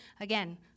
Again